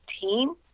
team